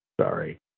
Sorry